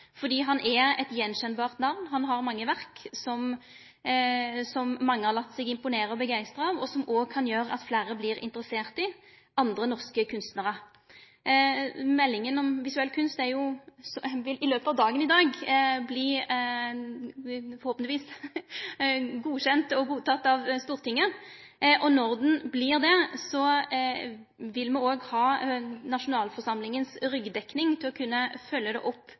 fordi han har eit attkjenneleg namn og har mange verk som mange har late seg imponere og begeistre av, og som òg kan gjere at fleire vert interesserte i andre norske kunstnarar. Meldinga om visuell kunst vil forhåpentlegvis verte vedteken av Stortinget, og når ho vert det, vil me òg ha nasjonalforsamlingas ryggdekning til å kunne følgje det opp